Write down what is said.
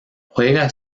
juega